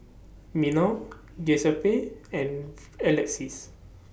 Minor Giuseppe and Alexis